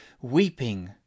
weeping